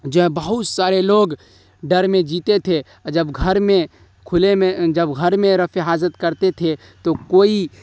جو ہے بہت سارے لوگ ڈر میں جیتے تھے او جب گھر میں کھلے میں جب گھر میں رفع حاجت کرتے تھے تو کوئی